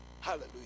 Hallelujah